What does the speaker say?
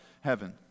heaven